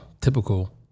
typical